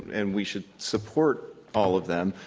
and we should support all of them,